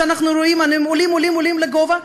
שאנחנו רואים אותם עולים ועולים ועולים לגובה,